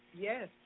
Yes